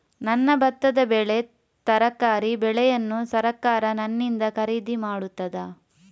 ನನ್ನ ಭತ್ತದ ಬೆಳೆ, ತರಕಾರಿ ಬೆಳೆಯನ್ನು ಸರಕಾರ ನನ್ನಿಂದ ಖರೀದಿ ಮಾಡುತ್ತದಾ?